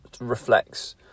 reflects